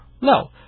No